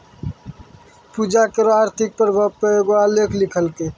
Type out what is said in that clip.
पूजा करो के आर्थिक प्रभाव पे एगो आलेख लिखलकै